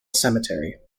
cemetery